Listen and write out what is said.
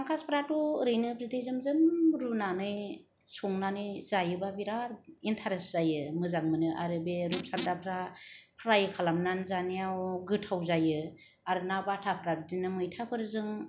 फांकासफ्राथ' ओरैनो बिदै जोम जोम रुनानै संनानै जायोबा बिराद इन्तारेस्ट जायो मोजां मोनो आरो रुफसानदाफ्रा फ्राइ खालामनानै जानायाव गोथाव जायो आरो ना बाथाफ्रा मैथाफोरजों